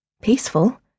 Peaceful